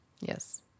Yes